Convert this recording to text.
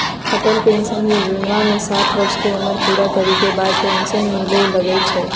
Atal pension जोजना में साठ वर्ष के उमर पूरा करे के बाद पेन्सन मिले लगैए छइ